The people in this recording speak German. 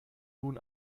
nun